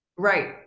Right